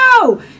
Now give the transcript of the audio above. No